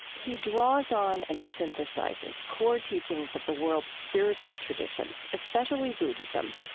he draws on and synthesizes core teachings of the world's spiritual traditions, especially buddhism,